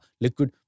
liquid